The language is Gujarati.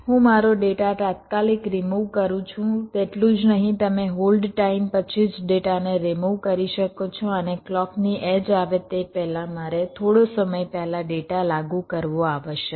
હું મારો ડેટા તાત્કાલિક રિમુવ કરું છું તેટલું જ નહીં તમે હોલ્ડ ટાઇમ પછી જ ડેટાને રિમુવ કરી શકો છો અને ક્લૉકની એડ્જ આવે તે પહેલાં તમારે થોડો સમય પહેલાં ડેટા લાગુ કરવો આવશ્યક છે